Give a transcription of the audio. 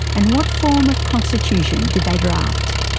and what form of constitution did they draft?